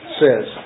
says